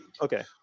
Okay